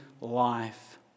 life